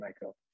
Michael